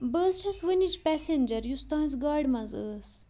بہٕ حظ چھس وٕنِچ پیسَنجَر یُس تُہٕنٛز گاڑِ منٛز ٲس